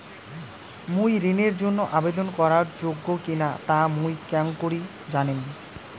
মুই ঋণের জন্য আবেদন করার যোগ্য কিনা তা মুই কেঙকরি জানিম?